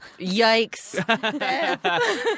Yikes